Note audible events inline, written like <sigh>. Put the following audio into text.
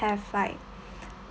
have like <breath>